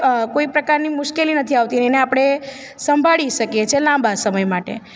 કોઈ પ્રકારની મુશ્કેલી નથી આવતી ને એને આપણે સંભાળી શકીએ છીએ લાંબા સમય માટે